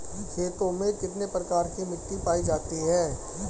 खेतों में कितने प्रकार की मिटी पायी जाती हैं?